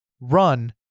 run